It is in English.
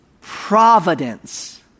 providence